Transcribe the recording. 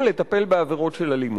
יחד עם עוד הצעות בעייתיות ומסוכנות,